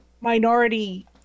minority